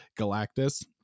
Galactus